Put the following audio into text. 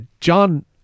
John